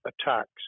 attacks